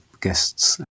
guests